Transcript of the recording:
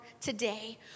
today